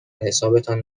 حسابتان